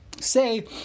say